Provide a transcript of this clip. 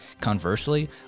Conversely